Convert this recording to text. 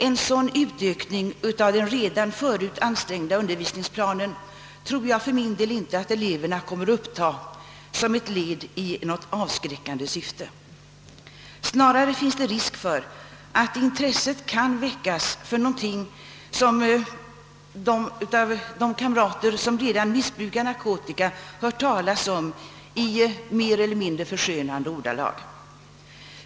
En sådan utökning av den redan tidigare ansträngda undervisningsplanen tror jag för min del inte att eleverna kommer att uppfatta såsom ett led i en verksamhet i avskräckande syfte. Snarare finns det risk för att intresset kan väckas för något som de av de kamrater, vilka redan missbrukar narkotika, hör beskrivas i mer eller mindre förskönande ordalag.